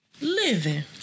living